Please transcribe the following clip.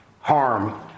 harm